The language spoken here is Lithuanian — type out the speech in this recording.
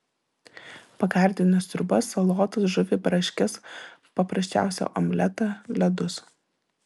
pagardina sriubas salotas žuvį braškes paprasčiausią omletą ledus